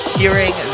hearing